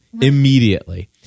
Immediately